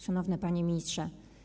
Szanowny Panie Ministrze!